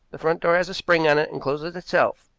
the front door has a spring on it and closes itself.